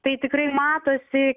tai tikrai matosi